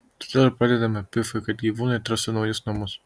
todėl ir padedame pifui kad gyvūnai atrastų naujus namus